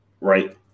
right